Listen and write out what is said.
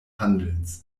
handelns